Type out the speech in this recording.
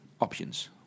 options